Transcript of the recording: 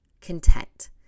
content